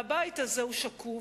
והבית הזה הוא שקוף,